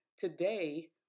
Today